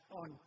on